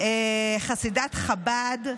חסידת חב"ד,